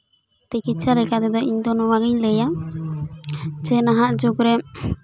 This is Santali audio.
ᱛᱤᱠᱤᱪᱪᱷᱟ ᱞᱮᱠᱟ ᱛᱮᱫᱚ ᱤᱧᱫᱚ ᱱᱚᱣᱟᱜᱤᱧ ᱞᱟᱹᱭᱟ ᱡᱮ ᱱᱟᱦᱟᱜ ᱡᱩᱜᱽ ᱨᱮ